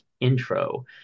intro